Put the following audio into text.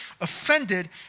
offended